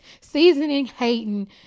seasoning-hating